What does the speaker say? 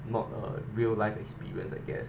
not a real life experience I guess